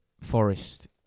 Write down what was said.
Forest